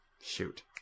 Shoot